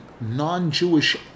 Non-Jewish